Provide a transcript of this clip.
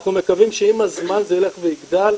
אנחנו מקווים שעם הזמן זה יילך ויגדל,